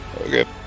Okay